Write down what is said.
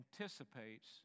anticipates